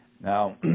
Now